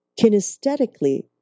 kinesthetically